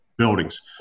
buildings